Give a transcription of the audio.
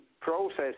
process